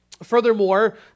Furthermore